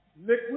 Liquid